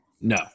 No